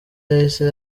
yahise